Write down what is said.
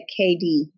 KD